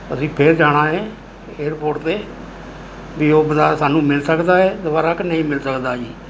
ਅਸੀਂ ਫੇਰ ਜਾਣਾ ਹੈ ਏਅਰਪੋਰਟ 'ਤੇ ਵੀ ਉਹ ਬੰਦਾ ਸਾਨੂੰ ਮਿਲ ਸਕਦਾ ਹੈ ਦੁਬਾਰਾ ਕਿ ਨਹੀਂ ਮਿਲ ਸਕਦਾ ਜੀ